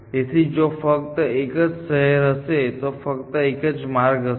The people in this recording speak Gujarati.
તેથી જો ફક્ત એક જ શહેર હશે તો ફક્ત એક જ માર્ગ હશે